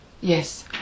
Yes